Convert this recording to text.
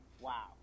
wow